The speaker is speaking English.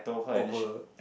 over